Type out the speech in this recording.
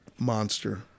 monster